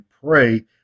pray